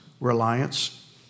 reliance